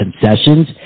concessions